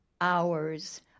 hours